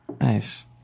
Nice